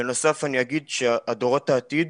בנוסף אני אגיד שדורות העתיד,